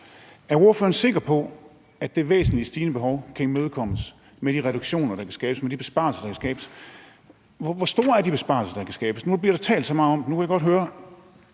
Er ordføreren sikker på, at det væsentligt stigende behov kan imødekommes med de reduktioner, der kan skabes, med de besparelser, der kan skabes? Hvor store er de besparelser, der kan skabes? Nu bliver der talt så meget om dem, og nu vil jeg godt høre